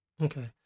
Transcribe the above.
Okay